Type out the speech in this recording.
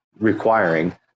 Requiring